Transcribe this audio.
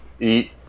Eat